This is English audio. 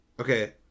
okay